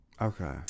Okay